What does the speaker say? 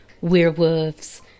werewolves